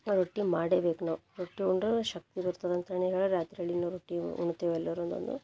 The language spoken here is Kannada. ರೊಟ್ಟಿ ಮಾಡೇಬೇಕು ನಾವು ರೊಟ್ಟಿ ಉಂಡ್ರೆ ಶಕ್ತಿ ಬರ್ತದೆ ಅಂತಣಿ ಹೇಳಿ ರಾತ್ರಳಿನ ರೊಟ್ಟಿ ಉಣ್ತೇವೆ ಎಲ್ಲರು ಒಂದೊಂದು